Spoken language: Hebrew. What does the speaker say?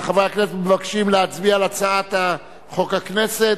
חברי הכנסת מבקשים להצביע על הצעת חוק הכנסת.